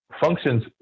functions